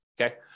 okay